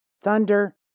thunder